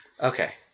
Okay